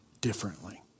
differently